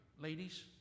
ladies